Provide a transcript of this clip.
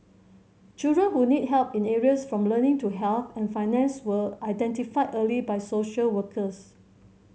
children who need help in areas from learning to health and finance were identified early by social workers